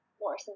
more